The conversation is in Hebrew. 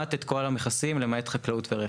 כמעט את כל המכסים, למעט חקלאות ורכב.